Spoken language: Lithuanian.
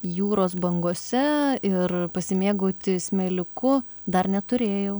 jūros bangose ir pasimėgauti smėliuku dar neturėjau